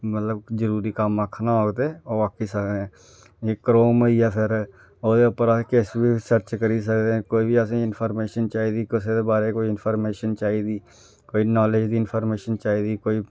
मतलब जरूरी कम्म आखना होग ते ओह् आक्खी सकने एह् करोम होइया फिर उ'दे पर अस किश बी सर्च करी सकदे कोई बी असेंगी इंफार्मेंशन चाह्दी कुसै दे बारे च कोई इंफार्मेंशन चाह्दी कोई नालेज दी इंफार्मेंशन चाहिदी कोई